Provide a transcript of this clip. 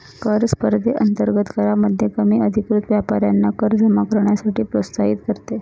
कर स्पर्धेअंतर्गत करामध्ये कमी अधिकृत व्यापाऱ्यांना कर जमा करण्यासाठी प्रोत्साहित करते